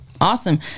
awesome